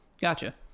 Gotcha